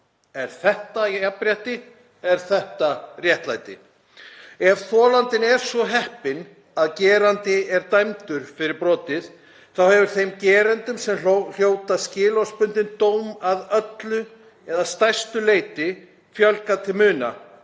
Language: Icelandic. Er þetta jafnrétti? Er þetta réttlæti? Ef þolandinn er svo heppinn að gerandi er dæmdur fyrir brotið þá hefur þeim gerendum sem hljóta skilorðsbundinn dóm að öllu eða stærstu leyti fjölgað til muna,